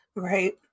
right